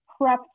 prepped